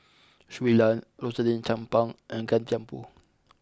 Shui Lan Rosaline Chan Pang and Gan Thiam Poh